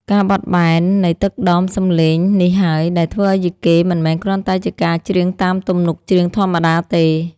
ការបត់បែននៃទឹកដមសំឡេងនេះហើយ ដែលធ្វើឱ្យយីកេមិនមែនគ្រាន់តែជាការច្រៀងតាមទំនុកច្រៀងធម្មតាទេ។